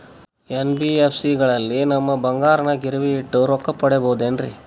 NBFC ಗಳಲ್ಲಿ ನಮ್ಮ ಬಂಗಾರನ ಗಿರಿವಿ ಇಟ್ಟು ರೊಕ್ಕ ಪಡೆಯಬಹುದೇನ್ರಿ?